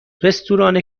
رستوران